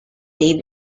name